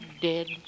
dead